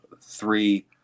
three